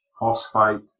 phosphate